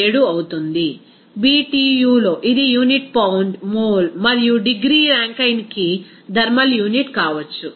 987 అవుతుంది Btuలో ఇది యూనిట్ పౌండ్ మోల్ మరియు డిగ్రీ ర్యాంకైన్కి థర్మల్ యూనిట్ కావచ్చు